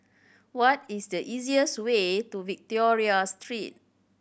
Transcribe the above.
what is the easiest way to Victoria Street